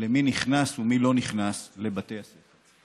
מי נכנס ומי לא נכנס לבתי הספר.